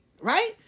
right